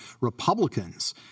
Republicans